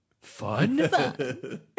fun